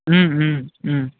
ও ও ও